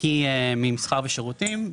היא ממסחר ומשירותים.